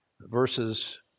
verses